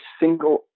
single